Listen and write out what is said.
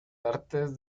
artes